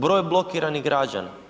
Broj blokiranih građana.